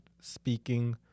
speaking